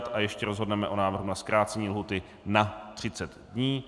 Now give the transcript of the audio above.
A ještě rozhodneme o návrhu o zkrácení lhůty na 30 dní.